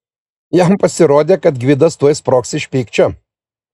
jam pasirodė kad gvidas tuoj sprogs iš pykčio